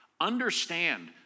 Understand